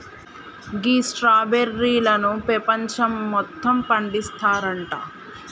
గీ స్ట్రాబెర్రీలను పెపంచం మొత్తం పండిస్తారంట